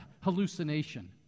hallucination